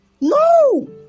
No